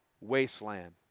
wasteland